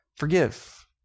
forgive